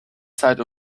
zeit